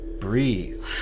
Breathe